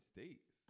States